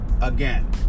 Again